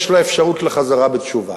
יש לה אפשרות לחזרה בתשובה.